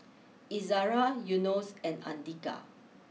Izzara Yunos and Andika